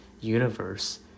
universe